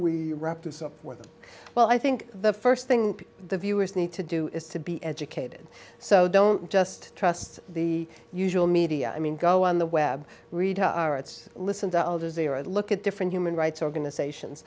with well i think the first thing the viewers need to do is to be educated so don't just trust the usual media i mean go on the web read our rights listen to others they are and look at different human rights organizations